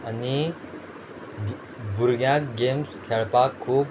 आनी भुरग्यांक गेम्स खेळपाक खूब